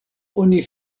oni